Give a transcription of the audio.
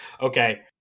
okay